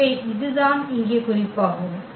எனவே அதுதான் இங்கே குறிப்பாகும்